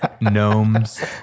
Gnomes